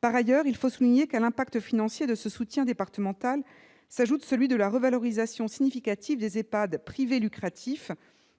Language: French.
Par ailleurs, il faut souligner que, à l'impact financier de ce soutien départemental, s'ajoute celui de la revalorisation significative des EHPAD privés lucratifs,